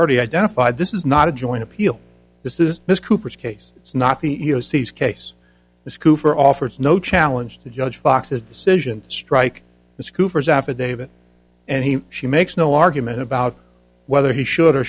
already identified this is not a joint appeal this is ms cooper's case it's not the e e o c case this coup for offers no challenge to judge fox's decision to strike the scoopers affidavit and he she makes no argument about whether he should or